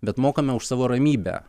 bet mokame už savo ramybę